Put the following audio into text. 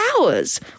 hours